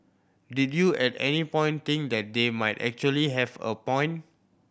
did you at any point think that they might actually have a point